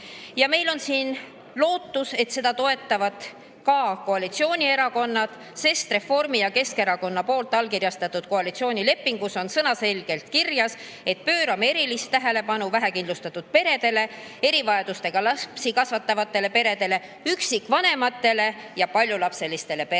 100 eurot. Me loodame, et seda toetavad ka koalitsioonierakonnad, sest Reformi- ja Keskerakonna allkirjastatud koalitsioonilepingus on sõnaselgelt kirjas, et pöörame erilist tähelepanu vähekindlustatud peredele, erivajadustega lapsi kasvatavatele peredele, üksikvanematele ja paljulapselistele peredele.